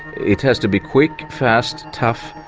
it has to be quick, fast, tough,